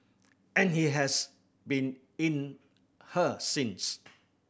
and he has been in her since